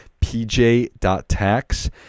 PJ.tax